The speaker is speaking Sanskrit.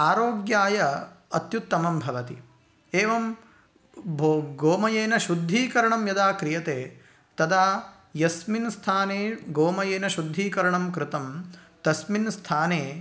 आरोग्याय अत्युत्तमं भवति एवं भो गोमयेन शुद्धीकरणं यदा क्रियते तदा यस्मिन् स्थाने गोमयेन शुद्धीकरणं कृतं तस्मिन् स्थाने